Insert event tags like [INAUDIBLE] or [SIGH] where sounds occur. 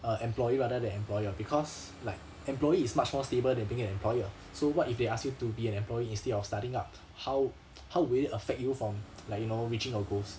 err employee rather than employer because like employee is much more stable than being an employer so what if they ask you to be an employee instead of starting up [BREATH] how [NOISE] how will it affect you from [NOISE] like you know reaching your goals